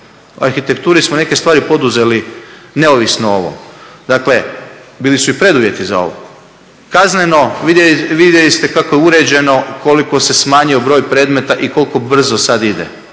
U arhitekturi smo neke stvari poduzeli neovisno o ovom. Dakle, bili su i preduvjeti za ovo. Kazneno, vidjeli ste kako je uređeno koliko se smanjio broj predmeta i koliko brz sad ide,